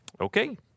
Okay